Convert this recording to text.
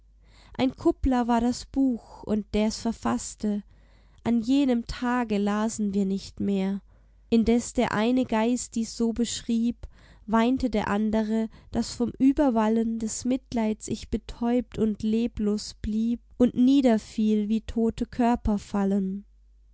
ein kuppler war das buch und der's verfaßte an jenem tage lasen wir nicht mehr indes der eine geist dies so beschrieb weinte der andere daß vom überwallen des mitleids ich betäubt und leblos blieb und niederfiel wie tote körper fallen